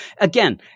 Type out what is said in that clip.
again